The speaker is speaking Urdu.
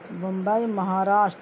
ممبئی مہاراشٹر